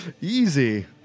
Easy